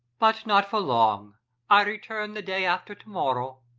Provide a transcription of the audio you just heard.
but not for long i return the day after tomorrow.